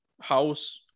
house